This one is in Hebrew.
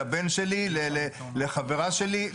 לבן שלי או לחברה שלי.